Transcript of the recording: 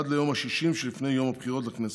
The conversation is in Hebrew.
עד ליום ה-60 שלפני יום הבחירות לכנסת,